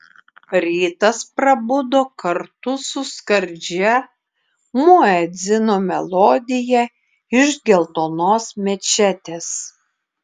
rytas prabudo kartu su skardžia muedzino melodija iš geltonos mečetės